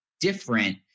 different